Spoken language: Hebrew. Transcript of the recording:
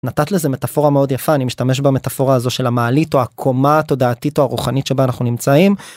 נתת לזה מטאפורה מאוד יפה אני משתמש במטאפורה הזו של המעלית או הקומה התודעתית הרוחנית שבה אנחנו נמצאים.